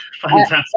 fantastic